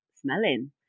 smelling